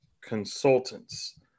consultants